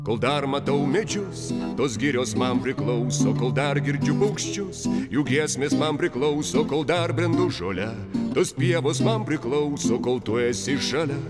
kol dar matau medžius tos girios man priklauso kol dar girdžiu paukščius jų giesmės man priklauso kol dar brendu žole tos pievos man priklauso kol tu esi šalia